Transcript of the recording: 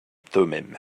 thummim